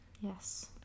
Yes